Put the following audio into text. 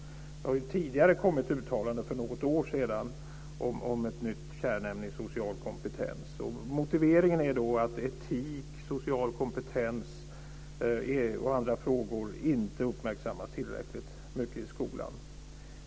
Det har tidigare kommit uttalanden, för något år sedan, om ett nytt kärnämne som skulle omfatta social kompetens. Motiveringen är att etik, social kompetens och sådana frågor inte uppmärksammas tillräckligt mycket i skolan.